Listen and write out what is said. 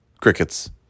Crickets